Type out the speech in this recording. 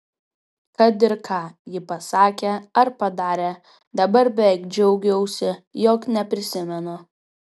kad ir ką ji pasakė ar padarė dabar beveik džiaugiausi jog neprisimenu